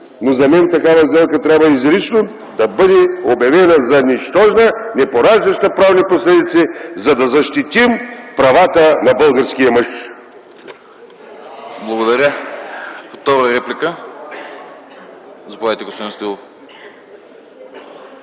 но за мен такава сделка трябва изрично да бъде обявена за нищожна, не пораждаща правни последици, за да защитим правата на българския мъж!